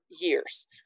years